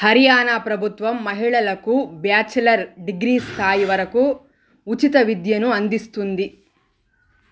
హర్యానా ప్రభుత్వం మహిళలకు bachelor degree స్థాయివరకు ఉచిత విద్యను అందిస్తుంది